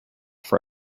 for